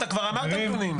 אתה כבר אמרת נתונים.